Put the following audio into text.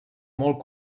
molt